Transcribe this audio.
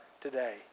today